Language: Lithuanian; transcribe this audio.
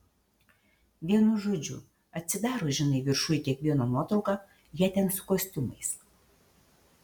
vienu žodžiu atsidaro žinai viršuj kiekvieno nuotrauka jie ten su kostiumais